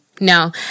No